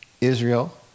Israel